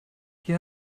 hier